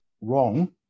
wrong